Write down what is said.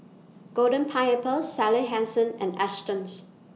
Golden Pineapple Sally Hansen and Astons